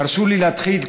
תרשו לי להתחיל,